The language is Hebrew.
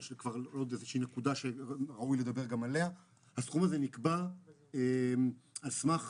הסכום הזה נקבע על סמך